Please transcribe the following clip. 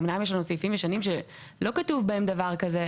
אמנם יש לנו סעיפים ישנים שלא כתוב בהם דבר כזה.